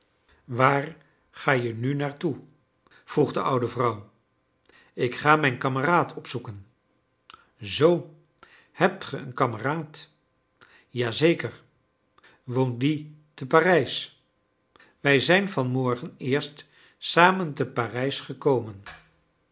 waar ga je nu naartoe vroeg de oude vrouw ik ga mijn kameraad opzoeken zoo hebt ge een kameraad ja zeker woont die te parijs wij zijn van morgen eerst samen te parijs gekomen